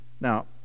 Now